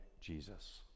Jesus